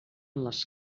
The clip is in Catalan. les